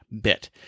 bit